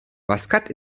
maskat